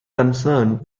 concerned